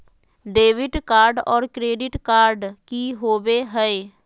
Debit card और credit card की होवे हय?